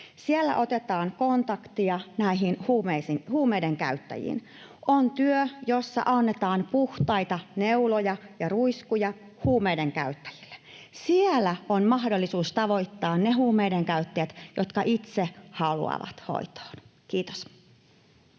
Siellä otetaan kontaktia näihin huumeidenkäyttäjiin, on työ, jossa annetaan puhtaita neuloja ja ruiskuja huumeidenkäyttäjille. Siellä on mahdollisuus tavoittaa ne huumeidenkäyttäjät, jotka itse haluavat hoitoon. — Kiitos.